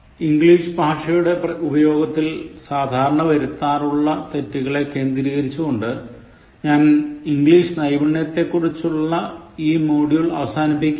English ഭാഷയുടെ ഉപയോഗത്തിൽ സാധാരണ വരുത്താറുള്ള തെറ്റുകളെ കേന്ദ്രീകരിച്ചുകൊണ്ട് ഞാൻ ഇംഗ്ലീഷ് നൈപുണ്യത്തെക്കുറിച്ചുള്ള ഈ മോഡ്യുൾ അവസാനിപ്പിക്കുകയാണ്